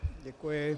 Děkuji.